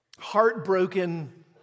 heartbroken